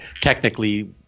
technically